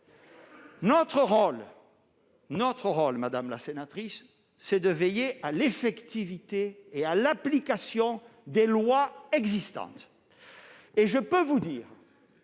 Notre rôle, madame la sénatrice, est de veiller à l'effectivité et à l'application des lois existantes ; et je puis vous dire